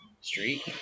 Street